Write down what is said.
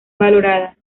valorada